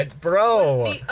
Bro